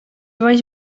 baix